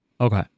Okay